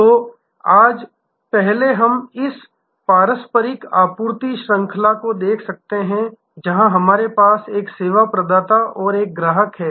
तो आज पहले हम इस पारंपरिक आपूर्ति श्रृंखला को देख सकते हैं जहां हमारे पास एक सेवा प्रदाता और एक ग्राहक है